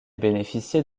bénéficiait